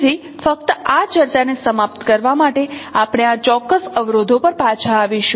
તેથી ફક્ત આ ચર્ચાને સમાપ્ત કરવા માટે આપણે આ ચોક્કસ અવરોધો પર પાછા આવીશું